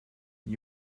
die